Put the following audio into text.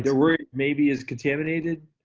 they're worried maybe is contaminated,